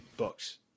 Books